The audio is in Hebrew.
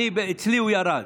אצלי הוא ירד.